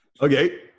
Okay